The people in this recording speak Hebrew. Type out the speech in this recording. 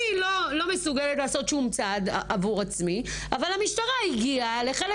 אני לא מסוגלת לעשות שום צעד עבור עצמי אבל המשטרה הגיעה לחלק